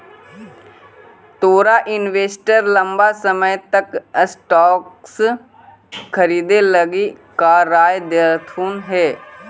तोर इन्वेस्टर लंबा समय लागी स्टॉक्स खरीदे लागी का राय देलथुन हे?